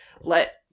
let